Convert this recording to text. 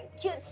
cute